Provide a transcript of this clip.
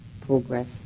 progress